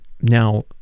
Now